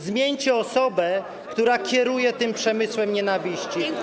Zmieńcie osobę, która kieruje tym przemysłem nienawiści.